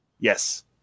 Yes